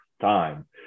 time